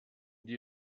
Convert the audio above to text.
die